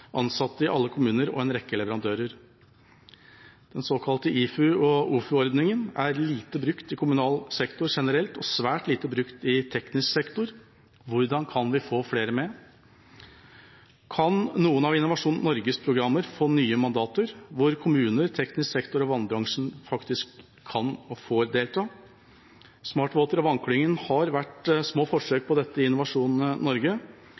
ansatte i alle kommuner og en rekke leverandører. Den såkalte IFU-/OFU-ordningen er lite brukt i kommunal sektor generelt og svært lite brukt i teknisk sektor. Hvordan kan vi få flere med? Kan noen av Innovasjon Norges programmer få nye mandater, hvor kommuner, teknisk sektor og vannbransjen kan og får delta. Smart Water og Vannklyngen har vært små forsøk på dette i Innovasjon Norge,